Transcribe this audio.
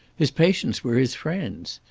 his patients were his friends.